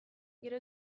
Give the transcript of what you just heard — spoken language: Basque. gero